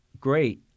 great